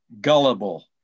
Gullible